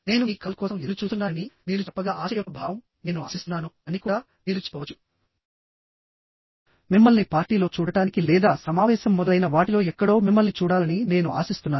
నేను మీ కాల్ కోసం ఎదురుచూస్తున్నానని మీరు చెప్పగల ఆశ యొక్క భావంనేను ఆశిస్తున్నాను అని కూడా మీరు చెప్పవచ్చు మిమ్మల్ని పార్టీలో చూడటానికి లేదా సమావేశం మొదలైన వాటిలో ఎక్కడో మిమ్మల్ని చూడాలని నేను ఆశిస్తున్నాను